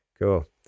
Cool